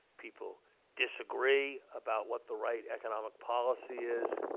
people disagree about what the right economic policy is.